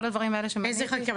באיזה חקיקה?